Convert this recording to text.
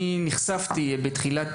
נחשפתי בתחילת